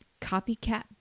copycat